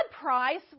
price